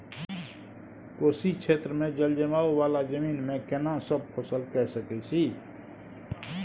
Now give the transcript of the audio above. कोशी क्षेत्र मे जलजमाव वाला जमीन मे केना सब फसल के सकय छी?